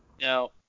Now